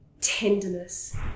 tenderness